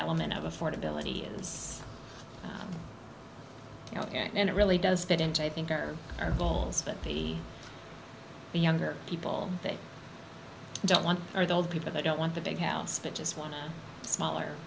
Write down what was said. element of affordability is you know and it really does fit into i think are our goals but be the younger people they don't want or the old people that don't want the big house but just want smaller